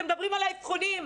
אתם מדברים על האבחונים?